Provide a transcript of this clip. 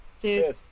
Cheers